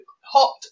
hot